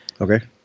Okay